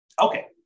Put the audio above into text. Okay